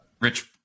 Rich